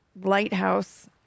lighthouse